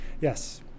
yes